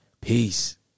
Peace